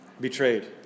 betrayed